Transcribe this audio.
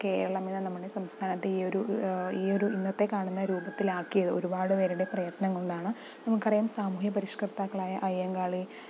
കേരളം എന്ന നമ്മുടെ സംസ്ഥാനത്തെ ഈ ഒരു ഈ ഒരു ഇന്നത്തെ കാണുന്ന രൂപത്തിലാക്കിയത് ഒരുപാട് പേരുടെ പ്രയത്നം കൊണ്ടാണ് നമുക്കറിയാം സാമൂഹ്യ പരിഷ്കർത്താക്കൾ ആയ അയ്യങ്കാളി